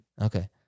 Okay